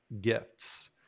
gifts